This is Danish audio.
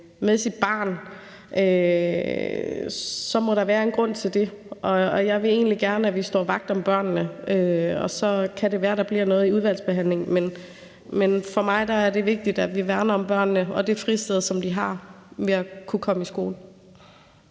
med sit barn, må der være en grund til det. Og jeg vil egentlig gerne have, at vi står vagt om børnene. Så kan det være, at der bliver noget i udvalgsbehandlingen, men for mig er det vigtigt, at vi værner om børnene og det fristed, som de har ved at kunne komme i skole.